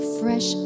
fresh